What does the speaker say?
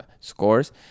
scores